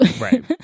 right